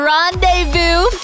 Rendezvous